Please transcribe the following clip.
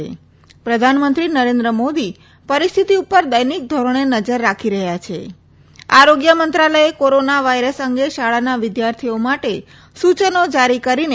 પ્રધાનમંત્રી નરેન્દ્ર મોદી પરિસ્થિતિ ઉપર દૈનિક ધોરણે નજર રાખી રહ્યા છે આરોગ્ય મંત્રાલયે કોરોના વાયરસ અંગે શાળાના વિદ્યાર્થીઓ માટે સૂચનો જારી કરીને